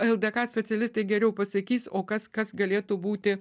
ldk specialistai geriau pasakys o kas kas galėtų būti